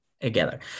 together